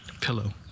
Pillow